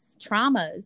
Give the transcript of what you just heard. traumas